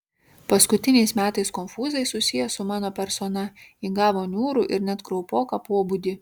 paskutiniais metais konfūzai susiję su mano persona įgavo niūrų ir net kraupoką pobūdį